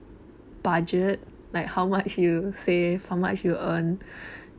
budget like how much you save how much you earn